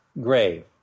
grave